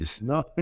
No